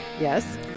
Yes